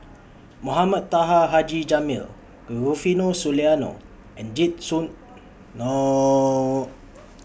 Mohamed Taha Haji Jamil Rufino Soliano and Jit Soon